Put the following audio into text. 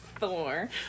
Thor